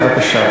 בבקשה,